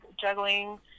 juggling